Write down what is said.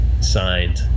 Signed